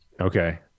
Okay